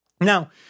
Now